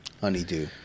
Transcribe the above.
Honeydew